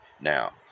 Now